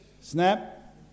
Snap